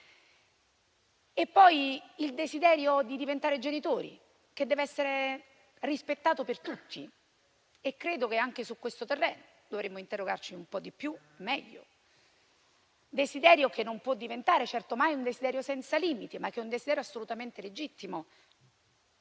è poi il desiderio di diventare genitori, che dev'essere rispettato per tutti e credo che anche su questo terreno dovremmo interrogarci un po' di più e meglio. È un desiderio che non può certo diventare mai senza limiti, ma che è assolutamente legittimo,